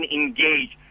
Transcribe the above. engage